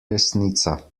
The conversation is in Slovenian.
resnica